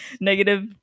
Negative